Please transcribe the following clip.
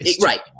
right